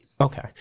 Okay